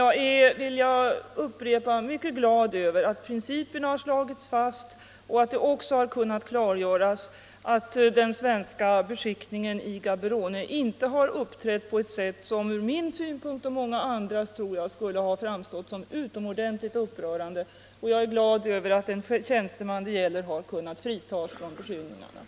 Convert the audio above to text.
Jag upprepar att jag är mycket glad över att principerna har slagits fast och att det klargjorts att den svenska beskickningen i Gaborone inte har uppträtt på ett sätt som enligt min och många andras mening skulle ha framstått såsom utomordentligt upprörande. Jag är glad över att den tjänsteman det gäller har kunnat fritas från beskyllningarna.